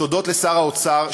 תודות לשר האוצר,